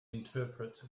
interpret